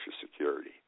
Security